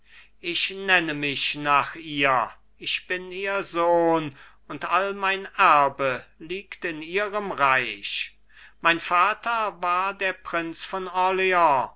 ich nenne mich nach ihr ich bin ihr sohn und all mein erbe liegt in ihrem reich mein vater war der prinz von